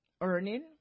earning